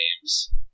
games